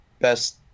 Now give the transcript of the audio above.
best